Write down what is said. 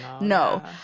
No